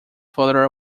further